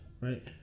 Right